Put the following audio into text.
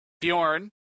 Bjorn